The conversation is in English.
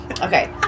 okay